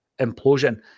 implosion